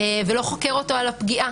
ולא חוקר אותו על הפגיעה.